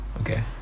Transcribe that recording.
okay